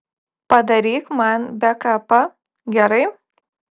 padaryk man bekapą gerai